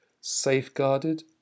safeguarded